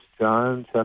John